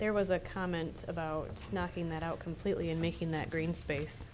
there was a comment about knocking that out completely in making that green space